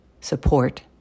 support